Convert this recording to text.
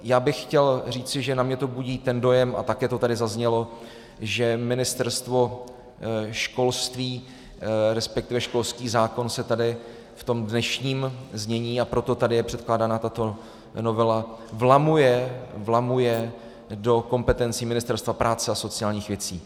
Já bych chtěl říci, že u mě to budí ten dojem, a také to tady zaznělo, že Ministerstvo školství, respektive školský zákon se tady v tom dnešním znění, a proto tady je předkládána tato novela, vlamuje do kompetencí Ministerstva práce a sociálních věcí.